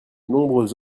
nombreux